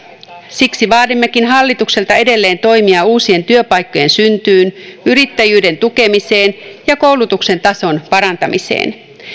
siksi vaadimmekin hallitukselta edelleen toimia uusien työpaikkojen syntyyn yrittäjyyden tukemiseen ja koulutuksen tason parantamiseen